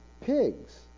pigs